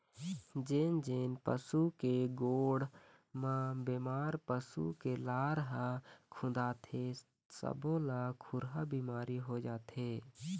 जेन जेन पशु के गोड़ म बेमार पसू के लार ह खुंदाथे सब्बो ल खुरहा बिमारी हो जाथे